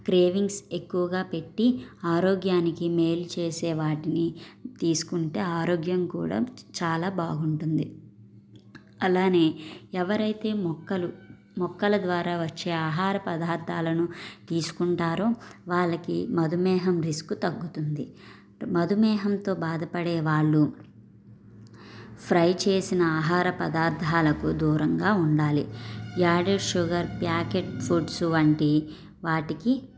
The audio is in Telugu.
క్రేవింగ్స్ ఎక్కువగా పెట్టి ఆరోగ్యానికి మేలు చేసే వాటిని తీసుకుంటే ఆరోగ్యం కూడా చాలా బాగుంటుంది అలానే ఎవరైతే మొక్కలు మొక్కల ద్వారా వచ్చే ఆహార పదార్థాలను తీసుకుంటారో వాళ్ళకి మధుమేహం రిస్కు తగ్గుతుంది మధుమేహంతో బాధపడే వాళ్ళు ఫ్రై చేసిన ఆహార పదార్థాలకు దూరంగా ఉండాలి యాడెడ్ షుగర్ ప్యాకెట్ ఫుడ్స్ వంటి వాటికి